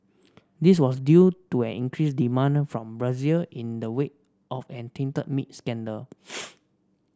this was due to an increased demand from Brazil in the wake of a tainted meat scandal